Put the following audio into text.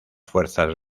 fuerzas